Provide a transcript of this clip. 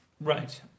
Right